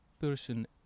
person